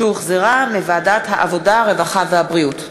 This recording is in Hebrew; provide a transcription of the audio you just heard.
שהוחזרה מוועדת העבודה, הרווחה והבריאות.